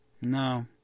No